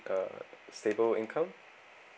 uh stable income